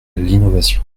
l’innovation